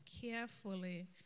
carefully